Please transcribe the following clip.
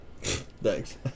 Thanks